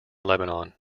lebanon